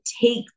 take